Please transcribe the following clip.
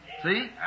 See